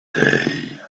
day